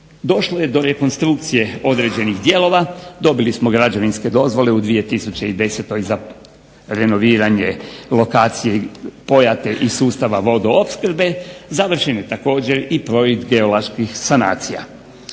Došlo je do rekonstrukcije određenih dijelova, dobili smo građevinske dozvole u 2010. za renoviranje lokacije …/Govornik se ne razumije./… iz sustava vodoopskrbe. Završen je također i projekt …/Govornik